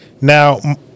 Now